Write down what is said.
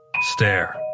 stare